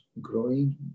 growing